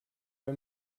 bei